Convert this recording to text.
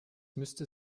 müsste